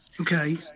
Okay